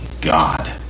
God